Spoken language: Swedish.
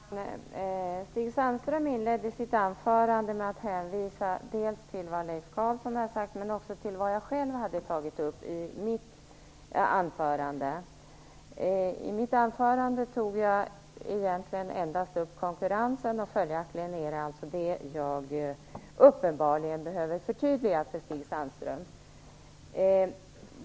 Fru talman! Stig Sandström inledde sitt anförande med att hänvisa dels till vad Leif Carlson hade sagt, dels till vad jag hade tagit upp i mitt anförande. I mitt anförande tog jag egentligen bara upp konkurrensen, och följaktligen är det detta som jag uppenbarligen behöver förtydliga för Stig Sandström.